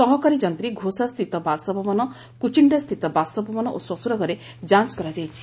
ସହକାରୀ ଯନ୍ତୀ ଘୋଷାସ୍ପିତ ବାସଭବନ କୁଚିଶାସ୍ପିତ ବାସଭବନ ଓ ଶ୍ୱଶୁର ଘରେ ଯାଞ କରାଯାଇଛି